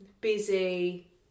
busy